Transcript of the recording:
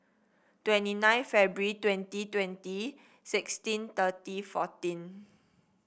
twenty nine February twenty twenty sixteen thirty fourteen